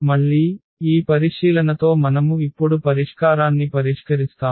మళ్ళీ ఈ పరిశీలనతో మనము ఇప్పుడు పరిష్కారాన్ని పరిష్కరిస్తాము